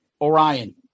Orion